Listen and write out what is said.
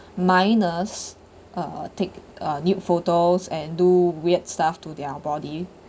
minors uh take uh nude photos and do weird stuff to their body